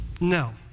No